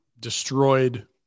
destroyed